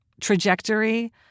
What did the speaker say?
trajectory